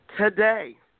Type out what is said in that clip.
Today